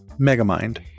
Megamind